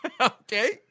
Okay